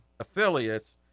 Affiliates